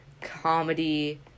comedy